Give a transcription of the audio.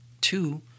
Two